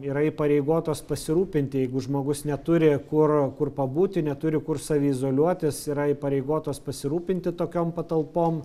yra įpareigotos pasirūpinti jeigu žmogus neturi kur kur pabūti neturi kur saviizoliuotis yra įpareigotos pasirūpinti tokiom patalpom